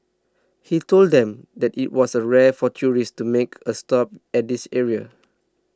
he told them that it was a rare for tourists to make a stop at this area